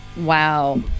Wow